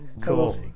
Cool